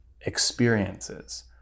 experiences